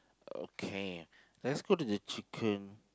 okay let's go to the chicken